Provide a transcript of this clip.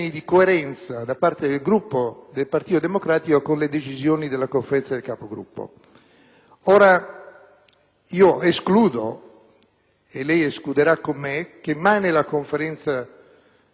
Ora, io escludo, e lei escluderà con me, che mai nella Conferenza dei Capigruppo sia stata posta la questione del quando